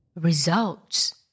Results